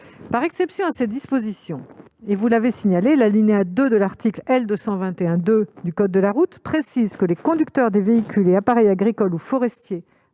Par exception à cette disposition, comme vous l'avez signalé, l'alinéa 2 de l'article L. 221-2 du code de la route précise que « les conducteurs des véhicules et appareils agricoles ou forestiers